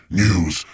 news